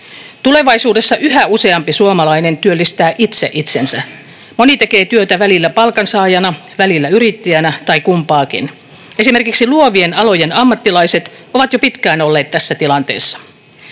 Tulevaisuudessa yhä useampi suomalainen työllistää itse itsensä. Moni tekee työtä välillä palkansaajana, välillä yrittäjänä tai kumpaakin. Esimerkiksi luovien alojen ammattilaiset ovat jo pitkään olleet tässä tilanteessa.